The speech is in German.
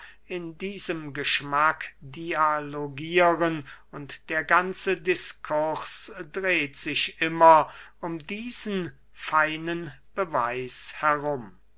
in diesem geschmack dialogieren und der ganze diskurs dreht sich immer um diesen feinen beweis herum